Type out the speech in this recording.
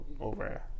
over